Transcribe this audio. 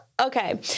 okay